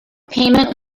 payment